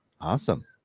Awesome